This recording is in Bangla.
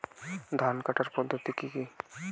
ধান কাটার পদ্ধতি কি কি?